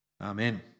Amen